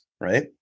right